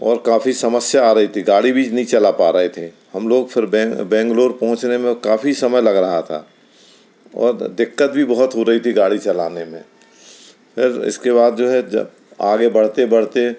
और काफ़ी समस्या आ रही थी गाड़ी भी नहीं चला पा रहे थे हम लोग फिर बैंग बैंगलोर पहुँचने में काफ़ी समय लग रहा था और दिक्कत भी बहोत हो रही थी गाड़ी चलाने में फिर इसके बाद जो है जब आगे बढ़ते बढ़ते